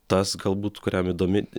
tas galbūt kuriam įdomi